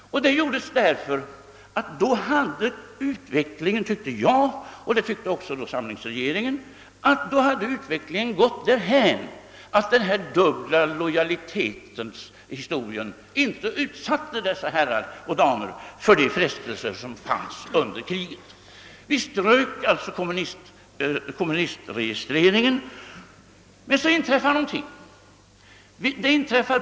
Detta gjorde därför att utvecklingen, enligt min och samlingsregeringens uppfattning, gått därhän att den dubbla lojaliteten inte utsatte dessa Herrar och darner för de frestelser som fanns under kriget. Vi strök alltså kommunistregistreringen men så inträffade någonting.